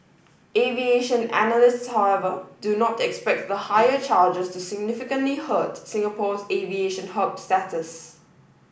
aviation analysts however do not expect the higher charges to significantly hurt Singapore's aviation hub status